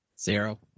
Zero